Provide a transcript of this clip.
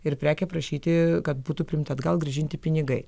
ir prekę prašyti kad būtų priimta atgal grąžinti pinigai